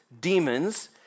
demons